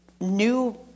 new